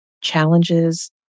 challenges